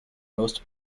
most